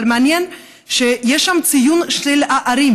אבל מעניין שיש שם ציון של הערים,